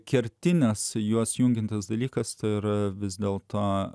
kertines juos jungiantis dalykas ir vis dėlto